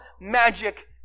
magic